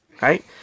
right